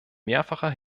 mehrfacher